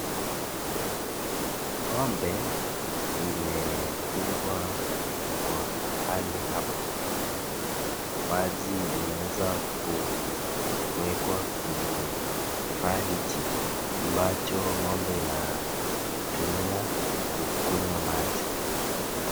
Ng'ombe imefungwa kwa mahali hapa na maji imeweza kuwekwa kwenye kifaa hichi ambacho ng'ombe inatumia kukunywa maji.